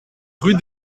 rue